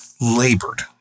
labored